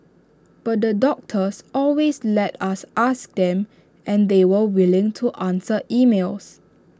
but the doctors always let us ask them and they were willing to answer emails